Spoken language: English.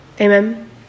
Amen